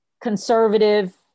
conservative